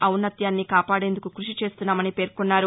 ఔన్నత్యాన్ని కాపాడేందుకు క్పషిచేస్తున్నామని పేర్కొన్నారు